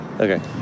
Okay